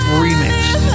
remixed